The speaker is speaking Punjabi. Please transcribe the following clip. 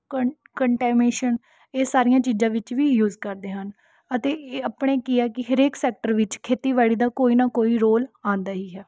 ਕੰਟ ਕੰਟਾਮੇਸ਼ਨ ਇਹ ਸਾਰੀਆਂ ਚੀਜ਼ਾਂ ਵਿੱਚ ਵੀ ਯੂਸ ਕਰਦੇ ਹਨ ਅਤੇ ਇਹ ਆਪਣੇ ਕੀ ਆ ਕਿ ਹਰੇਕ ਸੈਕਟਰ ਵਿੱਚ ਖੇਤੀਬਾੜੀ ਦਾ ਕੋਈ ਨਾ ਕੋਈ ਰੌਲ ਆਉਂਦਾ ਹੀ ਹੈ